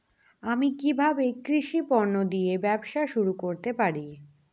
আমি কিভাবে কৃষি পণ্য দিয়ে ব্যবসা শুরু করতে পারি?